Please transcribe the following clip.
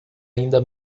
ainda